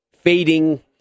fading